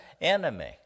enemy